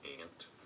ant